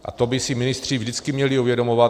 A to by si ministři vždycky měli uvědomovat.